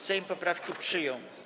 Sejm poprawki przyjął.